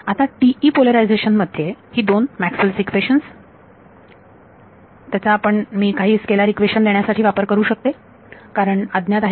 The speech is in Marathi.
आता TE पोलरायझेशन मध्ये ही दोन मॅक्सवेल इक्वेशन्सMaxwell's equations चा मी काही स्केलार इक्वेशन देण्यासाठी वापर करू शकते कारण अज्ञात आहेत